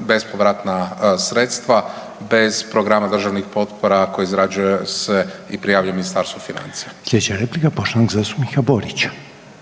bespovratna sredstva bez programa državnih potpora koje izrađuje se i prijavljuje Ministarstvu financija. **Reiner, Željko (HDZ)** Slijedeća